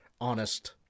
honest